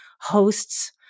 hosts